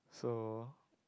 though